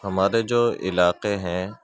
ہمارے جو علاقے ہیں